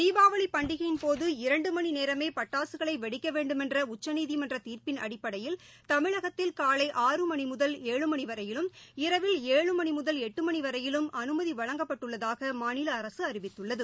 தீபாவளி பண்டிகையின்போது இரண்டு மணி நேரமே பட்டாசுகளை வெடிக்க வேண்டுமென்ற உச்சநீதிமன்ற தீர்ப்பின் அடிப்படையில் தமிழகத்தில் காலை ஆறு மணி முதல் ஏழு மணி வரையிலும் இரவில் ஏழு மணி முதல் எட்டு மணி வரையிலும் அனுமதி வழங்கப்படுவதாக மாநில அரசு அறிவித்துள்ளது